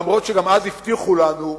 אף-על-פי שגם אז הבטיחו לנו.